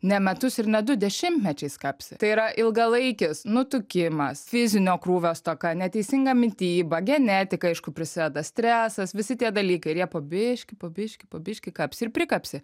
ne metus ir ne du dešimtmečiais kapsi tai yra ilgalaikis nutukimas fizinio krūvio stoka neteisinga mityba genetika aišku prisideda stresas visi tie dalykai ir jie po biški po biški po biški kapsi ir prikapsi